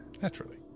Naturally